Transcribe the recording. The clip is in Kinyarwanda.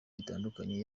bitandukanye